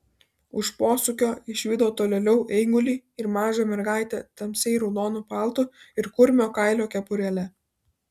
už posūkio išvydo tolėliau eigulį ir mažą mergaitę tamsiai raudonu paltu ir kurmio kailio kepurėle